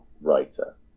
writer